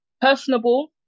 personable